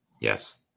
Yes